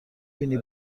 بینی